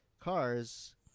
cars